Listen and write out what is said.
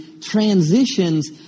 transitions